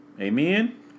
Amen